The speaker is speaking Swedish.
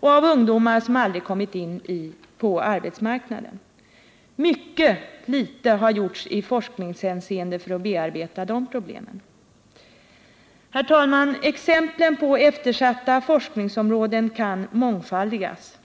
och av ungdomar som aldrig kommit in på arbetsmarknaden. Mycket litet har gjorts i forskningshänseende för att bearbeta de problemen. Herr talman! Exemplen på eftersatta forskningsområden kan mångfaldigas.